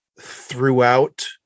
throughout